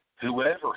whoever